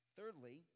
Thirdly